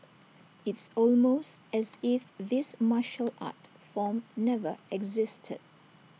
it's almost as if this martial art form never existed